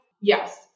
yes